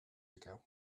ago